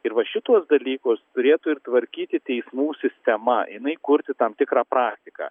ir va šituos dalykus turėtų ir tvarkyti teismų sistema jinai kurti tam tikrą praktiką